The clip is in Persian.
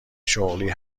شغلی